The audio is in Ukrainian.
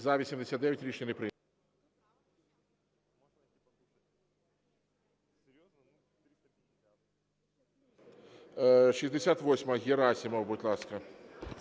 За-89 Рішення не прийнято. 68-а. Герасимов, будь ласка.